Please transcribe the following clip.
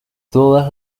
todas